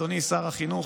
אדוני שר החינוך,